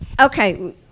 Okay